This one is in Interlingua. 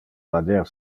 vader